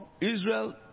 Israel